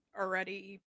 already